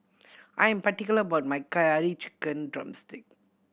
I am particular about my Curry Chicken drumstick